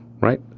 right